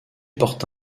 porte